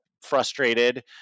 frustrated